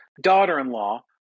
daughter-in-law